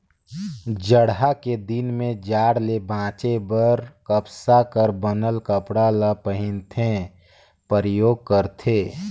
जड़हा के दिन में जाड़ ले बांचे बर कपसा कर बनल कपड़ा ल पहिनथे, परयोग करथे